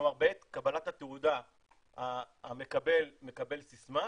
כלומר בעת קבלת התעודה המקבל מקבל סיסמה,